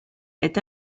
est